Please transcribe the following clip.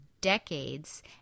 decades